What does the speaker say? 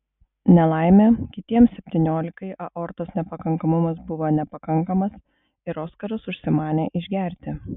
nelaimė kitiems septyniolikai aortos nepakankamumas buvo nepakankamas ir oskaras užsimanė išgerti